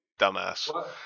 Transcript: dumbass